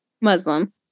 Muslim